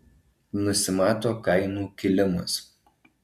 nusimato kainų kilimas